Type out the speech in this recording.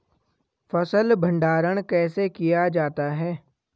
फ़सल भंडारण कैसे किया जाता है?